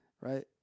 right